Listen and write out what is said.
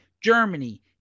Germany